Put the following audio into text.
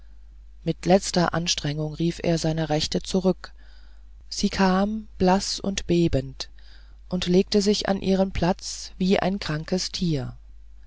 mit letzter anstrengung rief er seine rechte zurück sie kam blaß und bebend und legte sich an ihren platz wie ein krankes tier